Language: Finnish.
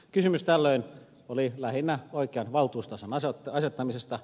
kysymys tällöin oli lähinnä oikean valtuustason asettamisesta